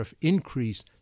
increase